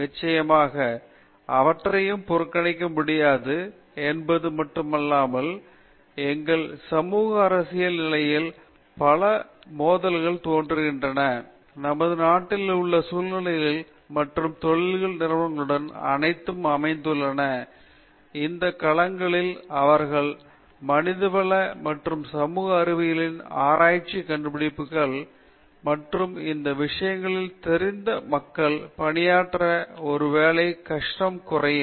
பேராசிரியர் ராஜேஷ் குமார் நிச்சயமாக அவற்றையும் புறக்கணிக்க முடியாது என்பது மட்டுமல்லாமல் எங்கள் சமூக அரசியல் நிலையில் பல மோதல்கள் தோன்றியுள்ளன நமது நாட்டில் உள்ள சூழ்நிலைகள் மற்றும் தொழில் நிறுவனங்கள் அனைத்தும் அமைந்துள்ள இந்த களங்களில் அவர்கள் மனிதவள மற்றும் சமூக அறிவியல்களில் ஆராய்ச்சி கண்டுபிடிப்புகள் மற்றும் இந்த விஷயங்களை தெரிந்த மக்கள் பணியாற்ற ஒருவேளை அவர்கள் கஷ்டம் குறையும்